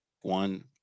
one